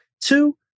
Two